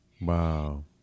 Wow